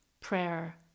prayer